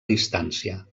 distància